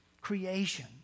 creation